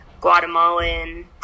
Guatemalan